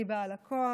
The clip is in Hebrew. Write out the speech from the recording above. אני בעל הכוח,